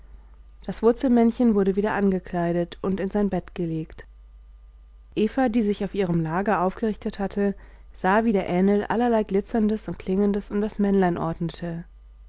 das wurzelmännchen wurde wieder angekleidet und in sein bett gelegt eva die sich auf ihrem lager aufgerichtet hatte sah wie der ähnl allerlei glitzerndes und klingendes um das männlein ordnete